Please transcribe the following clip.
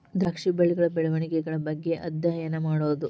ದ್ರಾಕ್ಷಿ ಬಳ್ಳಿಗಳ ಬೆಳೆವಣಿಗೆಗಳ ಬಗ್ಗೆ ಅದ್ಯಯನಾ ಮಾಡುದು